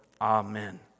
amen